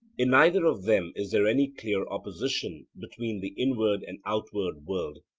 in neither of them is there any clear opposition between the inward and outward world.